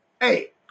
Hey